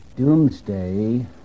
Doomsday